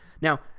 Now